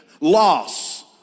loss